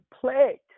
plagued